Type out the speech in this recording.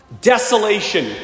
desolation